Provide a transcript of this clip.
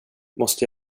måste